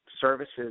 services